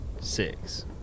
Six